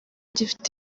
gifite